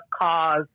cause